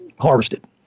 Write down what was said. harvested